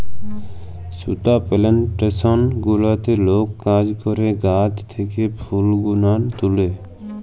সুতা পেলেনটেসন গুলাতে লক কাজ ক্যরে গাহাচ থ্যাকে ফুল গুলান তুলে